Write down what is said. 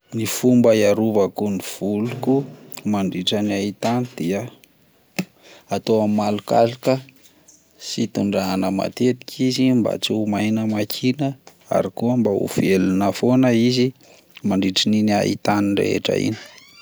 Ny fomba hiarovako ny voliko mandritra ny haintany dia atao amin'ny malokaloka sy tondrahana matetika izy mba tsy ho maina makina ary koa mba ho velona foana izy mandritra iny haintany rehetra iny.